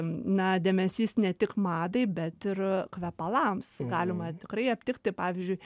na dėmesys ne tik madai bet ir kvepalams galima tikrai aptikti pavyzdžiui